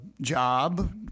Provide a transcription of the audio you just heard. job